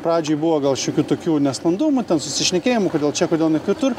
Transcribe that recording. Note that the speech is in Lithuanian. pradžiai buvo gal šiokių tokių nesklandumų ten susišnekėjimų kodėl čia kodėl kitur